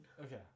Okay